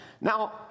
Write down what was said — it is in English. Now